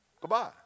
goodbye